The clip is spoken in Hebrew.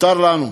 מותר לנו,